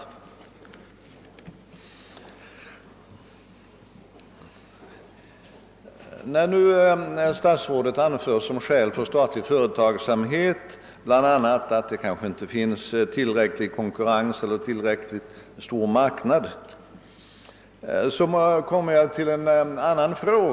Med anledning av att statsrådet Wickman som skäl för statlig företagsamhet bl.a. anför, att det kanske inte finns tillräcklig konkurrens eller tillräckligt stor marknad, kommer jag in på en annan sak.